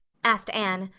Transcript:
asked anne,